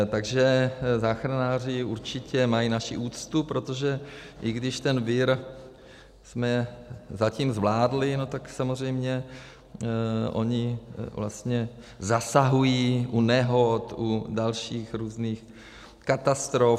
Takže záchranáři určitě mají naši úctu, protože i když ten vir jsme zatím zvládli, no tak samozřejmě oni vlastně zasahují u nehod, u dalších různých katastrof.